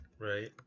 right